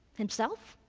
himself,